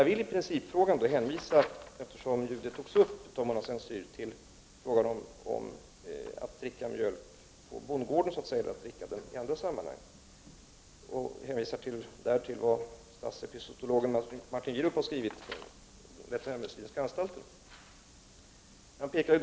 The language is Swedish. Jag vill i principfrågan, som gäller att mjölken får drickas på den gård där den är producerad och i andra sammanhang, eftersom den frågan togs upp av Mona Saint Cyr, hänvisa till vad statsepizootologen Martin Wierup vid statens veterinärmedicinska anstalt har skrivit.